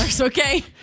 Okay